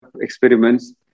experiments